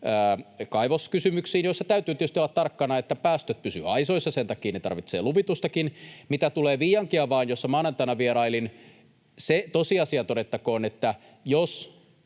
kaivoskysymyksiin, joissa täytyy tietysti olla tarkkana, että päästöt pysyvät aisoissa. Sen takia ne tarvitsevat luvitustakin. Mitä tulee Viiankiaavaan, missä maanantaina vierailin, se tosiasia todettakoon, että jos